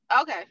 Okay